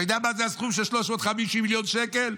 אתה יודע מה זה סכום 350 מיליון שקל?